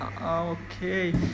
Okay